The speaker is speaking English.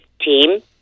team